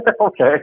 Okay